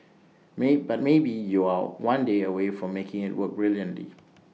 may but maybe you're one day away from making IT work brilliantly